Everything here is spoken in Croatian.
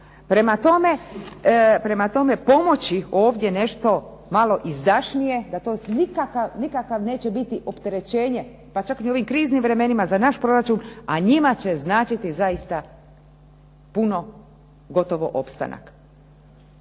Prema tome, pomoći ovdje nešto malo izdašnije da to neće biti nikakvo opterećenje, pa čak i u ovim kriznim vremenima za naš proračun, a njima će značiti zaista puno, gotovo opstanak.